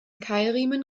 keilriemen